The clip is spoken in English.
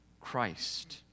Christ